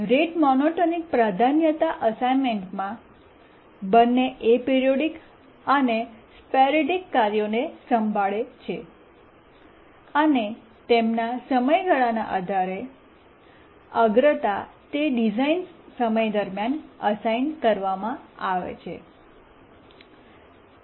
rate monotonic પ્રાધાન્યતા અસાઇનમેન્ટમાં બંને એપિરીયોડીક અને સ્પોરૈડિક કાર્યોને સંભાળે છે અને તેમના સમયગાળાના આધારેઅગ્રતા તે ડિઝાઇન સમય દરમિયાન સોંપવામાંઅસાઇન આવે છે